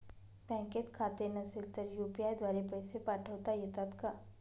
बँकेत खाते नसेल तर यू.पी.आय द्वारे पैसे पाठवता येतात का?